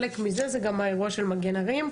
חלק מזה זה גם האירוע של מגן הרים.